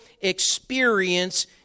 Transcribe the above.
experience